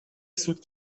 سوت